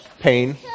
pain